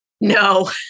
No